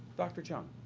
dr. cheung